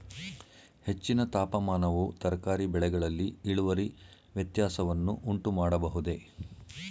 ಹೆಚ್ಚಿನ ತಾಪಮಾನವು ತರಕಾರಿ ಬೆಳೆಗಳಲ್ಲಿ ಇಳುವರಿ ವ್ಯತ್ಯಾಸವನ್ನು ಉಂಟುಮಾಡಬಹುದೇ?